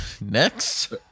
Next